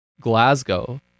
Glasgow